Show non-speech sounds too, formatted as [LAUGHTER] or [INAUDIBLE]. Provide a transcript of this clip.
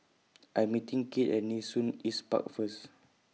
[NOISE] I Am meeting Cade At Nee Soon East Park First